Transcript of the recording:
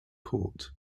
court